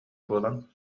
буолан